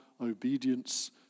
obedience